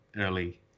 early